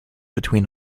between